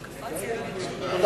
כן, מוותרת.